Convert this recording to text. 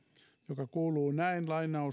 joka kuuluu näin